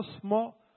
small